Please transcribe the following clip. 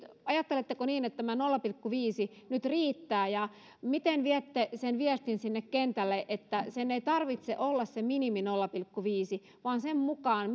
ajatteletteko ministeri niin että tämä nolla pilkku viisi nyt riittää ja miten viette sen viestin sinne kentälle että sen ei tarvitse olla se minimi nolla pilkku viisi vaan se voi olla sen mukaan